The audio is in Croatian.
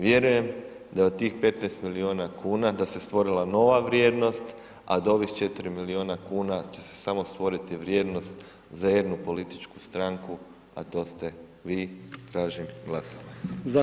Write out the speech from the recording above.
Vjerujem da od tih 15 milijuna kuna, da se stvorila nova vrijednost, a da ovih 4 milijuna kuna će se samo stvoriti vrijednost za jednu političku stranku, a to ste vi, tražim glasovanje.